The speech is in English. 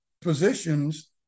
positions